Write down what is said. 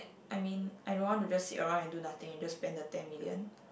I mean I don't want to just sit around and do nothing and just spend the ten million